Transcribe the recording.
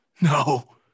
No